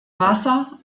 wasser